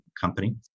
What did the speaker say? company